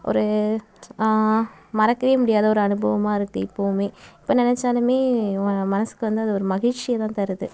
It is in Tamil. ஒரு மறக்க முடியாத ஒரு அனுபவமாக இருக்குது இப்பவும் இப்போ நினச்சாலுமே ம மனதுக்கு வந்து அது ஒரு மகிழ்ச்சியை தான் தருது